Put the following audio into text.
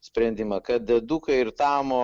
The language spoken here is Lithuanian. sprendimą kad eduka ir tamo